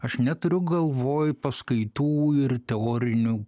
aš neturiu galvoj paskaitų ir teorinių